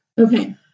Okay